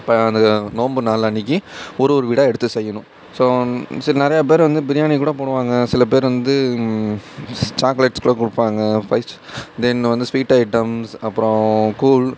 இப்போ அந்த நோன்பு நாள் அன்றைக்கி ஒரு ஒரு வீடாக எடுத்து செய்யணும் ஸோ சரி நிறையா பேர் வந்து பிரியாணி கூட போடுவாங்க சில பேர் வந்து ஸ் சாக்லேட்ஸ் கூட கொடுப்பாங்க ஃபைஸ் தென் வந்து ஸ்வீட் ஐட்டம்ஸ் அப்புறம் கூழ்